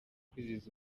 kwizihiza